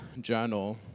journal